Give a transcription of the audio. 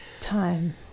time